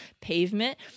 pavement